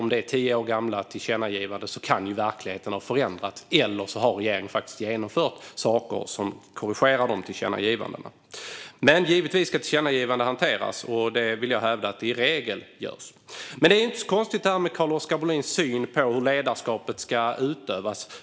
Om det är tio år gamla tillkännagivanden kan ju verkligheten också ha förändrats, eller så har regeringen faktiskt genomfört saker som korrigerar tillkännagivandena. Men givetvis ska tillkännagivanden hanteras, och det vill jag hävda också görs i regel. Men det här är kanske inte så konstigt, med tanke på Carl-Oskar Bohlins syn på hur ledarskap ska utövas.